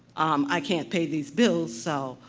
um, i can't pay these bills. so,